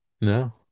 No